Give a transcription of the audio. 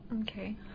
Okay